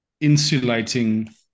insulating